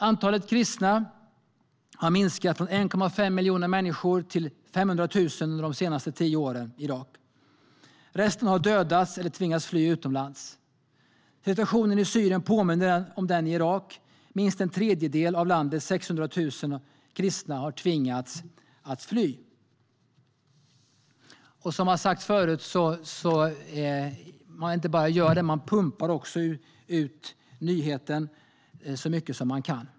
Antalet kristna i Irak har minskat från 1,5 miljoner människor till 500 000 under de senaste tio åren. Resten har dödats eller tvingats fly utomlands. Situationen i Syrien påminner om den i Irak. Minst en tredjedel av landets 600 000 kristna har tvingats fly. Som har sagts förut gör man inte bara detta, utan man pumpar också ut nyheten så mycket man kan.